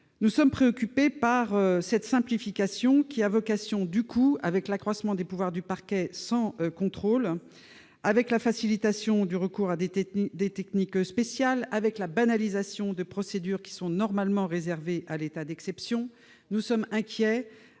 Nous sommes préoccupés par cette simplification, qui a vocation à accroître les pouvoirs du parquet sans contrôle, à faciliter le recours à des techniques spéciales et à banaliser des procédures normalement réservées à l'état d'exception. Nous sommes inquiets